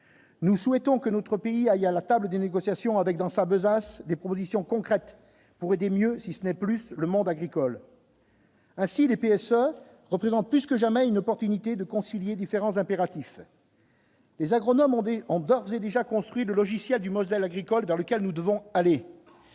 nous souhaitons que notre pays aille à la table des négociations avec dans sa besace, des propositions concrètes pour aider mieux si ce n'est plus le monde agricole. Ainsi les PSA représentent plus que jamais une opportunité de concilier différents impératifs. Les agronomes ondées ont d'ores et déjà qu'on. Puis le logiciel du Moselle agricole dans lequel nous devons aller.